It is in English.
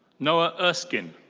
noah erskine.